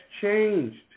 changed